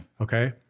Okay